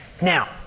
Now